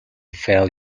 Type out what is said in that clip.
fell